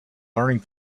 learning